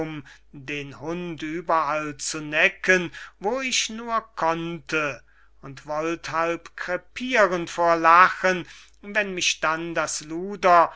den hund überall zu necken wo ich nur konnte und wollt halb krepiren vor lachen wenn mich dann das luder